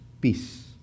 Peace